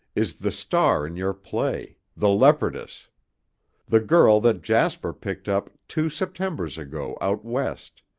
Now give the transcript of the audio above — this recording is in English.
is the star in your play, the leopardess the girl that jasper picked up two septembers ago out west.